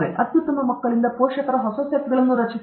ಅತ್ಯುತ್ತಮ ಮಕ್ಕಳಿಂದ ಪೋಷಕರ ಹೊಸ ಸೆಟ್ಗಳನ್ನು ರಚಿಸಲಾಗಿದೆ